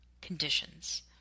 conditions